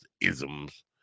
isms